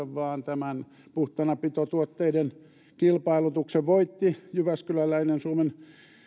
vaan tämän puhtaanapitotuotteiden kilpailutuksen voitti jyväskyläläinen suomen